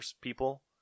people